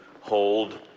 hold